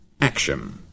action